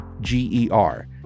G-E-R